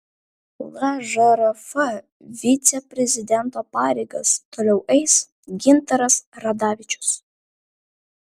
lžrf viceprezidento pareigas toliau eis gintaras radavičius